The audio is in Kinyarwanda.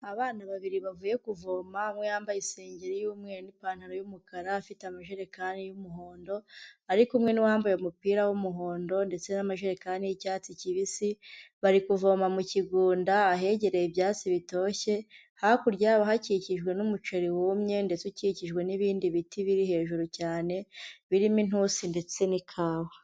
Abana babiri bavuye kuvoma umwe yambaye isengeri y'umweru, ipantaro y'umukara afite amajerekani y'umuhondo, ari kumwe n'uwambaye umupira w'umuhondo ndetse n'amajerekani y'icyatsi kibisi, bari kuvoma mu kigunda ahegereye ibyatsi bitoshye, hakurya yaho hakikijwe n'umuceri wumye ndetse ukikijwe n'ibindi biti biri hejuru cyane, birimo intusi ndetse n'ikawa.